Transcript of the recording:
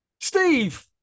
Steve